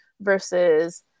versus